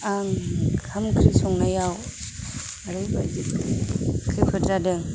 आं ओंखाम ओंख्रि संनायाव ओरैबायदि खैफोद जादों